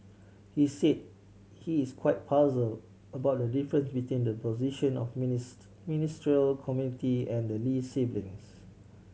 he said he is quite puzzled about the difference between the position of Ministerial Committee and Lee siblings